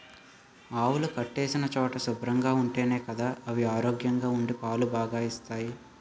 ఆవులు కట్టేసిన చోటు శుభ్రంగా ఉంటేనే గదా అయి ఆరోగ్యంగా ఉండి పాలు బాగా ఇస్తాయి